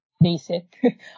basic